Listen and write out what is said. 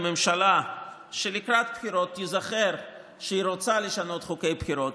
לממשלה שלקראת בחירות תיזכר שהיא רוצה לשנות חוקי בחירות,